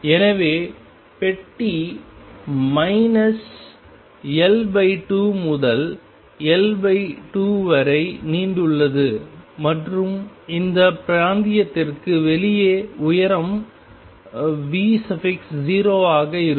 எனவே பெட்டி minus L2 முதல் L2 வரை நீண்டுள்ளது மற்றும் இந்த பிராந்தியத்திற்கு வெளியே உயரம் V0 ஆகும்